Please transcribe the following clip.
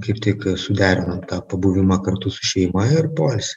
kaip tik suderinom tą pabuvimą kartu su šeima ir poilsį